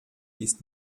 ist